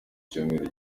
cyumweru